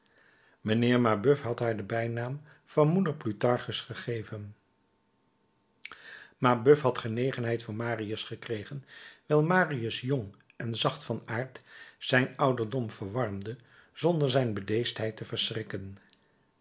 mijnheer mabeuf had haar den bijnaam van moeder plutarchus gegeven mabeuf had genegenheid voor marius gekregen wijl marius jong en zacht van aard zijn ouderdom verwarmde zonder zijn bedeesdheid te verschrikken